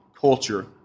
culture